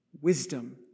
wisdom